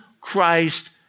Christ